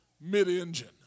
mid-engine